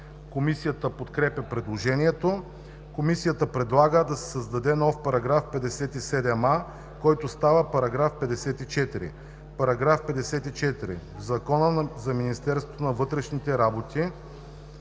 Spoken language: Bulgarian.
Комисията подкрепя предложението. Комисията предлага да се създаде нов § 57а, който става § 54: „§ 54. В Закона за Министерството на вътрешните работи